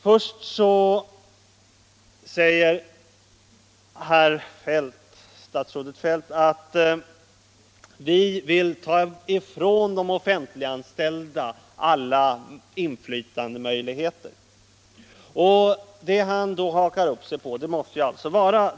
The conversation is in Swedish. Först säger statsrådet Feldt att vi vill ta alla inflytandemöjligheter ifrån de offentliganställda.